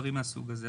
ודברים מהסוג הזה.